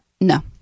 no